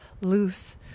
loose